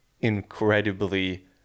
incredibly